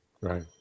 Right